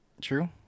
True